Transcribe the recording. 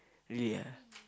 really ah